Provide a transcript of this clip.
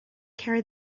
carry